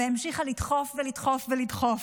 והמשיכה לדחוף ולדחוף ולדחוף,